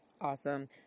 awesome